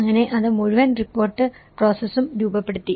അങ്ങനെ അത് മുഴുവൻ റിപ്പോർട്ട് പ്രോസസും രൂപപ്പെടുത്തി